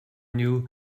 knew